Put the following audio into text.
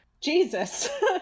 Jesus